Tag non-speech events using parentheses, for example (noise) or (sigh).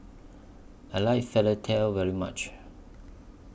I like (unintelligible) very much